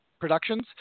Productions